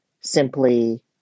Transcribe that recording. simply